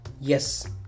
yes